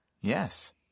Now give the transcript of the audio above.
Yes